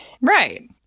Right